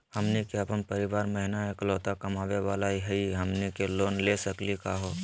हमनी के अपन परीवार महिना एकलौता कमावे वाला हई, हमनी के लोन ले सकली का हो?